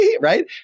right